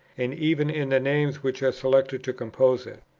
and even in the names which are selected to compose it.